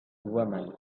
woman